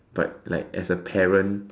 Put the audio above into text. but like as a parent